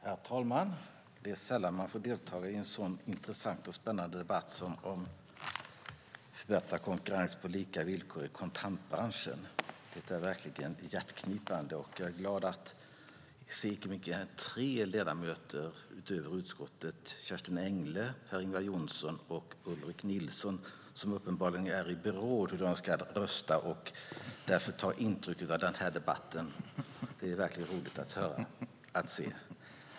Herr talman! Det är sällan som man får delta i en så intressant och spännande debatt som denna om konkurrens på lika villkor i kontantbranschen. Detta är verkligen hjärteknipande. Och jag är glad att här se icke mindre än tre ledamöter utöver utskottets ledamöter - Kerstin Engle, Per-Ingvar Johnsson och Ulrik Nilsson - som uppenbarligen är i beråd hur de ska rösta och därför tar intryck av den här debatten. Det är verkligen roligt att se.